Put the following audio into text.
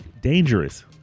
dangerous